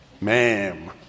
ma'am